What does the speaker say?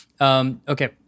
Okay